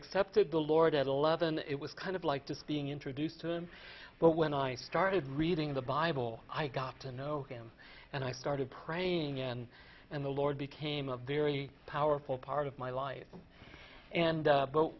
accepted the lord at eleven it was kind of like this being introduced to him but when i started reading the bible i got to know him and i started praying and and the lord became a very powerful part of my life and